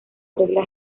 regla